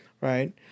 right